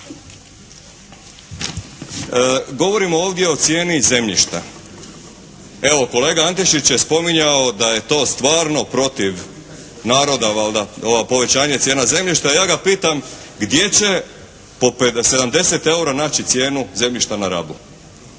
Govorimo ovdje o cijeni zemljišta. Evo, kolega Antešić je spominjao da je to stvarno protiv naroda ovo povećanje cijena zemljišta. Ja ga pitam gdje će po 70 eura naći cijenu zemljišta na Rabu.